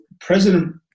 President